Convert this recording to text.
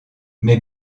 mais